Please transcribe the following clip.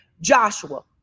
joshua